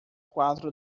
quatro